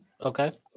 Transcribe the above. okay